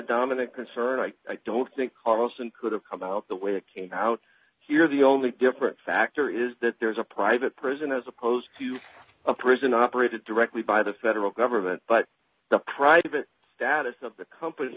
dominant concern i don't think almost an could have come out the way it came out here the only different factor is that there is a private prison as opposed to a prison operated directly by the federal government but the private status of the company